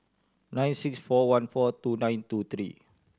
nine six four one four two nine two three